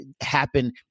happen